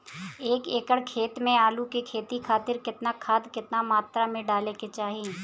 एक एकड़ खेत मे आलू के खेती खातिर केतना खाद केतना मात्रा मे डाले के चाही?